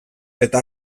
eta